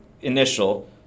initial